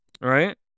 right